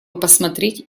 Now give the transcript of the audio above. посмотреть